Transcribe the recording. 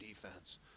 defense